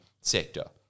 sector